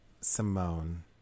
Simone